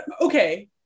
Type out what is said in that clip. Okay